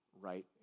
right